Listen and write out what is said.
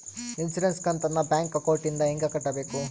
Insurance ಕಂತನ್ನ bank ಅಕೌಂಟಿಂದ ಹೆಂಗ ಕಟ್ಟಬೇಕು?